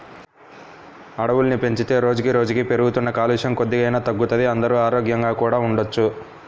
అడవుల్ని పెంచితే రోజుకి రోజుకీ పెరుగుతున్న కాలుష్యం కొద్దిగైనా తగ్గుతది, అందరూ ఆరోగ్యంగా కూడా ఉండొచ్చు